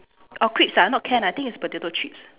orh crisps ah not can ah I think it's potato chips